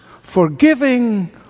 forgiving